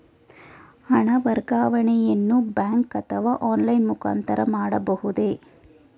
ಹಣ ವರ್ಗಾವಣೆಯನ್ನು ಬ್ಯಾಂಕ್ ಅಥವಾ ಆನ್ಲೈನ್ ಮುಖಾಂತರ ಮಾಡಬಹುದೇ?